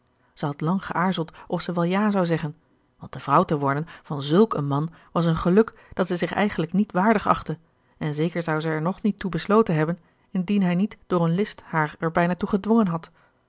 had lang geaarzeld of zij wel ja zou zeggen want de vrouw te worden van zulk een man was een geluk dat zij zich eigenlijk niet waardig achtte en zeker zou zij er nog niet toe besloten hebben indien hij niet door een list haar er bijna toe gedwongen had